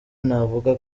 navuga